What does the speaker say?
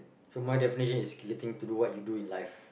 so my definition is getting to do what you do in life